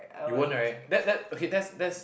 you won't right that that okay that's that's